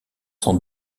sont